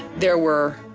there were